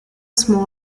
small